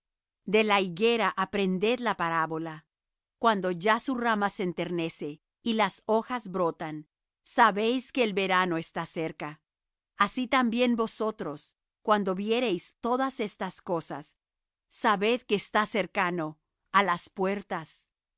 de la higuera aprended la parábola cuando ya su rama se enternece y las hojas brotan sabéis que el verano está cerca así también vosotros cuando viereis todas estas cosas sabed que está cercano á las puertas